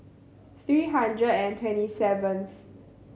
three hundred and twenty seven